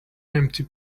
empty